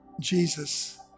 Jesus